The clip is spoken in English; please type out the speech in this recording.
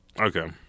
okay